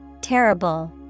Terrible